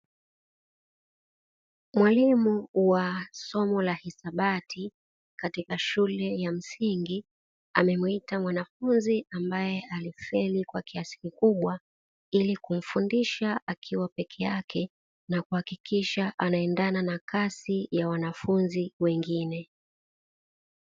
Mwalimu wa somo la hisabati katika shule ya msingi amemuita mwanafunzi ambaye alifeli kwa kiasi kikubwa, ili kumfundisha akiwa pekee yake na kuhakikisha anaendana na kasi ya wanafunzi wengine.